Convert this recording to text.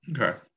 Okay